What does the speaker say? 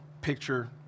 picture